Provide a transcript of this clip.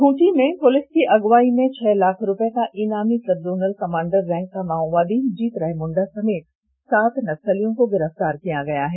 खूंटी में पुलिस की अग्रवाई में पांच लाख के इनामी सबजोनल कमांडर रैंक के माओवादी जीतराय मुंडा समेत सात नक्सलियों को गिरफ्तार किया गया है